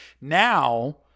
Now